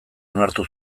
onartu